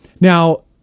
Now